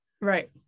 Right